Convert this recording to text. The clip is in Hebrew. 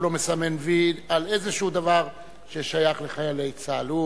הוא לא מסמן "וי" על דבר כלשהו ששייך לחיילי צה"ל.